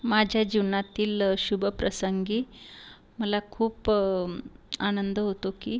माझ्या जीवनातील शुभप्रसंगी मला खूप आनंद होतो की